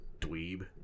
dweeb